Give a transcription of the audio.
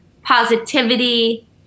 positivity